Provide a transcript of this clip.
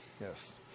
Yes